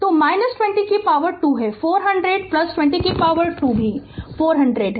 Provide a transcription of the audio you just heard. Refer Slide Time 3515 तो 20 2 है 40020 2 भी 400 है